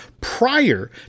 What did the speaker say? prior